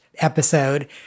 episode